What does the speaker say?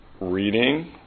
reading